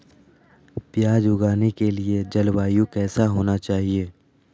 प्याज उगाने के लिए जलवायु कैसा होना चाहिए?